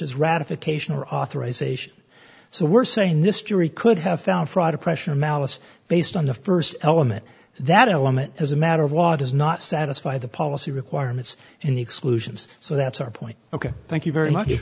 or authorization so we're saying this jury could have found fraud or pressure malice based on the st element that element as a matter of law does not satisfy the policy requirements and the exclusions so that's our point ok thank you very much